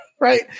Right